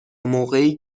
موقعی